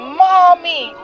mommy